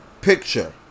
picture